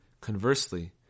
Conversely